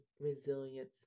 resilience